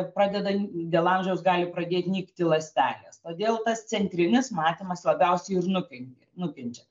pradeda dėl amžiaus gali pradėt nykti ląstelės todėl tas centrinis matymas labiausiai ir nukin nukenčia